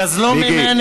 גזלו ממני.